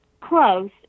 close